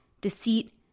deceit